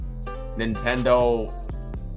Nintendo